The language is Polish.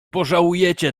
pożałujecie